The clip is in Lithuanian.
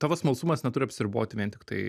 tavo smalsumas neturi apsiriboti vien tiktai